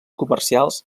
comercials